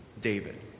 David